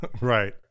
Right